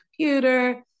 computer